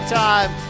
time